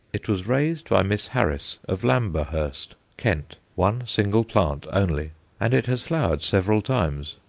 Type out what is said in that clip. it was raised by miss harris, of lamberhurst, kent, one single plant only and it has flowered several times.